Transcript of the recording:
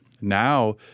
Now